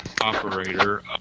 operator